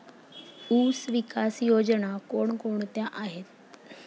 ऊसविकास योजना कोण कोणत्या आहेत?